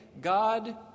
God